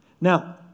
Now